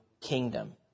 kingdom